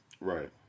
right